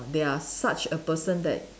they are such a person that